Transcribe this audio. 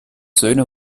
söhne